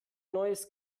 neues